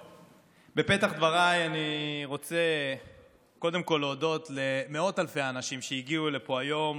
בפתח דבריי אני רוצה קודם כול להודות למאות אלפי האנשים שהגיעו לפה היום